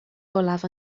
olaf